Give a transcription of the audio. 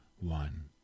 one